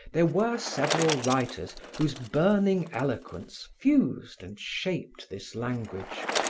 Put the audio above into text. there were several writers whose burning eloquence fused and shaped this language,